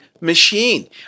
machine